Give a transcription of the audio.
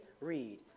read